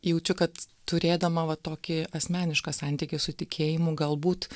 jaučiu kad turėdama va tokį asmenišką santykį su tikėjimu galbūt